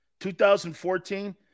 2014